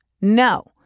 no